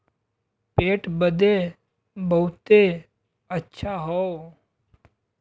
पेट बदे बहुते अच्छा हौ